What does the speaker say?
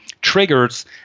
triggers